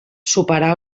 superar